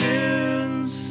Tunes